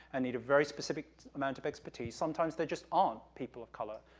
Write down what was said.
and need a very specific amount of expertise, sometimes, there just aren't people of color.